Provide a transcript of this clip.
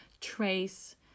trace